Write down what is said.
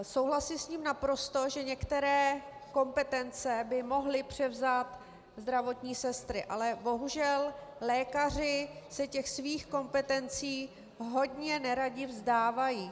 Souhlasím s ním naprosto, že některé kompetence by mohly převzít zdravotní sestry, ale bohužel lékaři se těch svých kompetencí hodně neradi vzdávají.